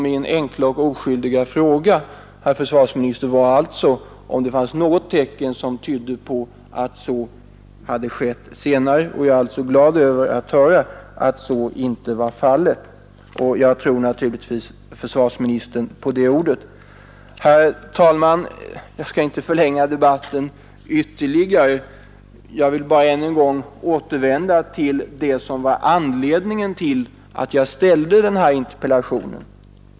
Min enkla och oskyldiga fråga, herr försvarsminister, var alltså om det fanns några tecken som tydde på att så hade skett senare. Jag är glad över att ha fått höra att så inte var fallet. Jag tror naturligtvis herr försvarsministern på hans ord. Herr talman! Jag skall inte ytterligare förlänga debatten. Jag vill bara ännu en gång återvända till det som var anledningen till att jag ställde denna interpellation.